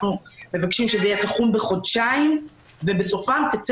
אנחנו מבקשים שזה יהיה תחום בחודשיים ובסופם תצא